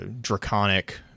draconic